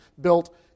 built